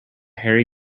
harry